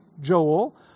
Joel